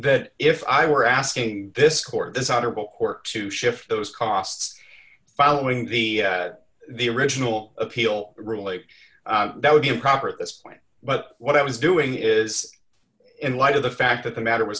that if i were asking this court this honorable court to shift those costs following the the original appeal really that would be improper at this point but what i was doing is in light of the fact that the matter was